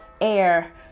air